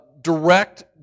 direct